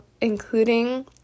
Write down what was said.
including